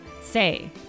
say